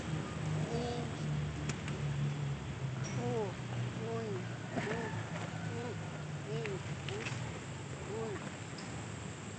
Ɨ, uu, uni, kü, uü, iñu, uxa, una.